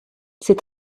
ses